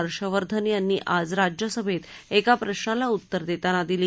हर्षवर्धन यांनी आज राज्यसभेत एका प्रशाला उत्तर देताना दिली